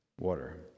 water